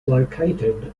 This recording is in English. located